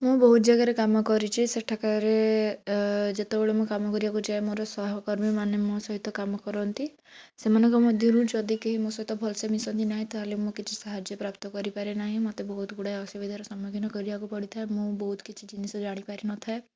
ମୁଁ ବହୁତ ଜାଗାରେ କାମ କରିଛି ସେଠାକରେ ଯେତେବେଳେ ମୁଁ କାମ କରିବାକୁ ଯାଏ ମୋର ସହକର୍ମୀ ମାନେ ମୋ ସହିତ କାମ କରନ୍ତି ସେମାନଙ୍କ ମଧ୍ୟରୁ ଯଦି କେହି ମୋ ସହିତ ଭଲ ସେ ମିଶନ୍ତି ନାହିଁ ତାହେଲେ ମୁଁ କିଛି ସାହାଯ୍ୟ ପ୍ରାପ୍ତ କରିପାରେ ନାହିଁ ମୋତେ ବହୁତ ଗୁଡ଼ାଏ ଅସୁବିଧାର ସମ୍ମୁଖୀନ କରିବାକୁ ପଡ଼ିଥାଏ ମୁଁ ବହୁତ କିଛି ଜିନିଷ ଜାଣି ପାରି ନ ଥାଏ